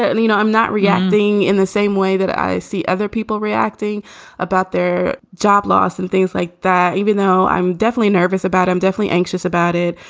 and you know, i'm not reacting in the same way that i see other people reacting about their job loss and things like that. even though i'm definitely nervous about i'm definitely anxious about it.